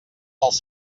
els